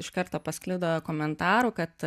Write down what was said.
iš karto pasklido komentarų kad